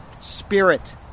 spirit